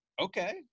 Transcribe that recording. Okay